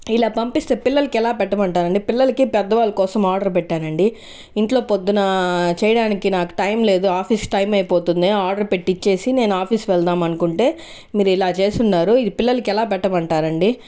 ఇలా పంపిస్తే పిల్లలకి ఎలా పెట్టమంటారండీ పిల్లలకి పెద్ద వాళ్ల కోసం ఆర్డర్ పెట్టానండి ఇంట్లో పొద్దున చేయడానికి నాకు టైం లేదు ఆఫీస్ టైం అయిపోతుంది ఆర్డర్ పెట్టిచ్చేసి నేను ఆఫీస్ కి వెళదామనుకుంటే మీరిలా చేసున్నారు ఇది పిల్లలకి ఎలా పెట్టమంటారండి